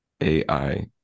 ai